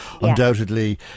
undoubtedly